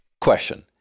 Question